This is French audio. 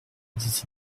des